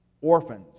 orphans